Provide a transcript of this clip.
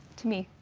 to me.